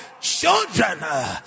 Children